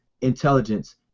intelligence